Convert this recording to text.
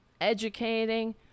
educating